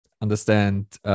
understand